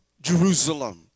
Jerusalem